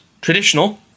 traditional